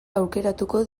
aukeratuko